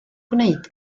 gwneud